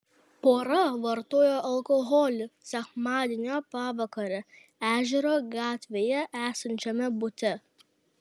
pora vartojo alkoholį sekmadienio pavakarę ežero gatvėje esančiame bute